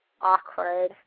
awkward